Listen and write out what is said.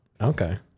Okay